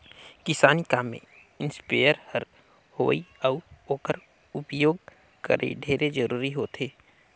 किसानी काम में इस्पेयर कर होवई अउ ओकर उपियोग करई ढेरे जरूरी होथे